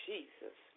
Jesus